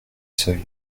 seuils